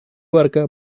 abarca